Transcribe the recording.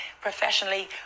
professionally